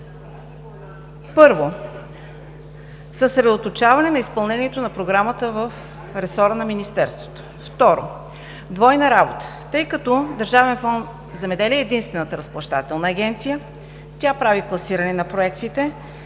Първо, съсредоточаване на изпълнението на Програмата в ресора на Министерството. Второ, двойна работа, тъй като Държавен фонд „Земеделие“ е единствената разплащателна агенция, тя прави класиране на проектите,